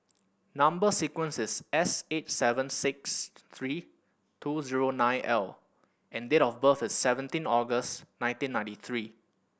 number sequence is S eight seven six three two zero nine L and date of birth is seventeen August nineteen ninety three